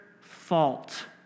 fault